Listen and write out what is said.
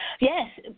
Yes